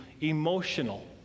emotional